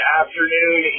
afternoon